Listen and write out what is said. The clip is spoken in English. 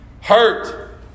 hurt